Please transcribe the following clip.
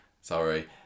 Sorry